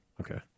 Okay